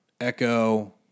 Echo